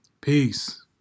Peace